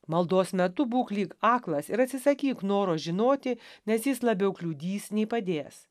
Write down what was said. maldos metu būk lyg aklas ir atsisakyk noro žinoti nes jis labiau kliudys nei padės